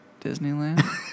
Disneyland